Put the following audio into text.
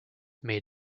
made